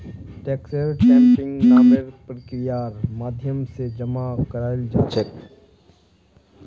लेटेक्सक टैपिंग नामेर प्रक्रियार माध्यम से जमा कराल जा छे